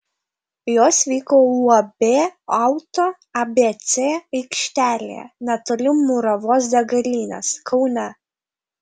jos vyko uab auto abc aikštelėje netoli muravos degalinės kaune